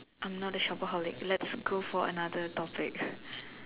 I'm not a shopaholic let's go for another topic